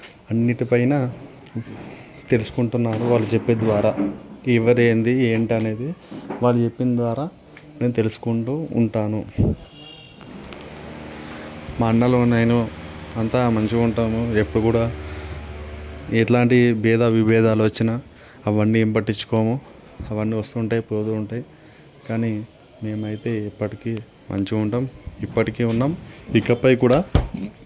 అన్నింటి పైన తెలుసుకుంటున్నాను వాళ్ళు చెప్పే ద్వారా చదువుకుంటాను ఎవరు ఏంటి ఏంటి అనేది వాళ్ళు చెప్పిన ద్వారానే తెలుసుకుంటూ ఉంటాను మా అన్నలు నేను మేము అంతా మంచిగా ఉంటాము ఎప్పుడు కూడా ఎట్లాంటి భేద విభేదాలు వచ్చినా అవన్నీ ఏం పట్టించుకోము అవన్నీ వస్తూ ఉంటాయి పోతూ ఉంటాయి కానీ మేము అయితే ఎప్పటికీ మంచిగా ఉంటాము ఇప్పటికీ ఉన్నాము ఇకపై కూడా